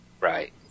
Right